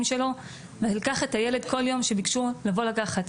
שלו ולקח את הילד כל יום שביקשו לבוא לקחת.